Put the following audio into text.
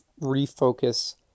refocus